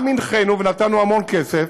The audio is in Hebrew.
גם הנחינו, ונתנו המון כסף